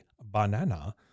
banana